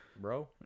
bro